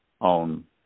on